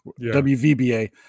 WVBA